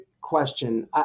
question